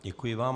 Děkuji vám.